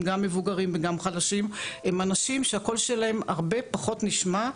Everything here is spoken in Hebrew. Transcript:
אם הם לא יטפלו,